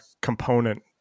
component